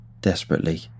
Desperately